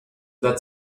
that